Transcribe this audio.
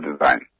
design